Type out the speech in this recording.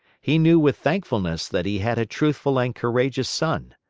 he knew with thankfulness that he had a truthful and courageous son.